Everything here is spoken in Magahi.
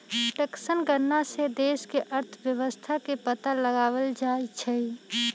टैक्स गणना से देश के अर्थव्यवस्था के पता लगाएल जाई छई